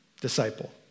disciple